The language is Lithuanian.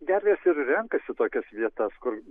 gervės ir renkasi tokias vietas kur